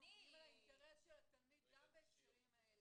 אני --- מי אם לא אתם אחראים על האינטרס של התלמיד גם בהקשרים האלה.